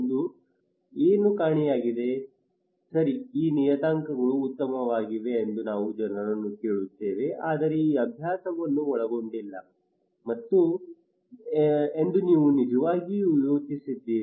ಆದರೆ ಏನು ಕಾಣೆಯಾಗಿದೆ ಸರಿ ಈ ನಿಯತಾಂಕಗಳು ಉತ್ತಮವಾಗಿವೆ ಎಂದು ನಾವು ಜನರನ್ನು ಕೇಳುತ್ತೇವೆ ಆದರೆ ಈ ಅಭ್ಯಾಸವನ್ನು ಒಳಗೊಂಡಿಲ್ಲ ಎಂದು ನೀವು ನಿಜವಾಗಿಯೂ ಯೋಚಿಸಿದ್ದೀರಿ